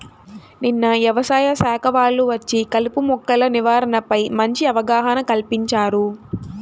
నిన్న యవసాయ శాఖ వాళ్ళు వచ్చి కలుపు మొక్కల నివారణపై మంచి అవగాహన కల్పించారు